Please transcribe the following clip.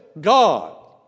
God